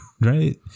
right